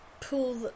pull